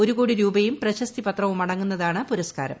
ഒരു കോടി രൂപയും പ്രശസ്തിപത്രവുമടങ്ങുന്നതാണ് പുരസ്കാരം